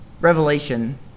Revelation